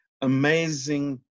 amazing